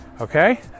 okay